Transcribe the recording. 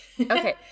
Okay